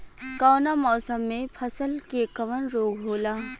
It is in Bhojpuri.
कवना मौसम मे फसल के कवन रोग होला?